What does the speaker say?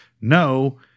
No